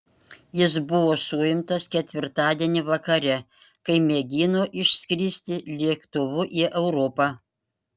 jis buvo suimtas ketvirtadienį vakare kai mėgino išskristi lėktuvu į europą